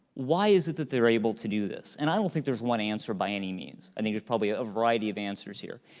why is it that they're able to do this, and i don't think there's one answer by any means. i think there's probably a variety of answers here,